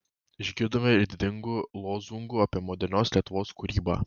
išgirdome ir didingų lozungų apie modernios lietuvos kūrybą